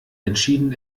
entschieden